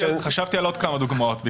חשבתי על עוד כמה דוגמאות.